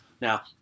Now